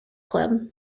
club